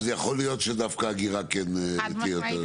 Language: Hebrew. אז יכול להיות שדווקא אגירה כן תהיה יותר כלכלית.